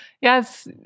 Yes